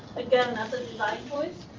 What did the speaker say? again, that's a design choice.